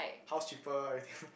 house cheaper everything